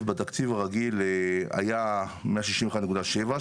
בתקציב הרגיל היה מאה ששים ואחד נקודה שבע,